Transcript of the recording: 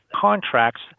contracts